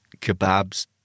kebabs